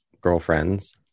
Girlfriend's